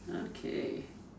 okay